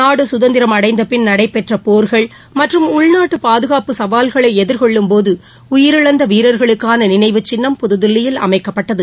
நாடு சுதந்திரம் அடைந்த பின் நடைபெற்ற போர்கள் மற்றும் உள்நாட்டு பாதுகாப்பு சவால்களை எதிர்கொள்ளும்போது உயிரிழந்த வீரர்களுக்கான நினைவு சின்னம் புதுதில்லியில் அமைக்கப்பட்டது